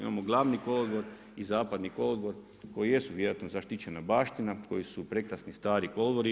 Imamo glavni kolodvor i zapadni kolodvor koji jesu vjerojatno zaštićena baština, koji su prekrasni stari kolodvori.